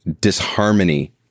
disharmony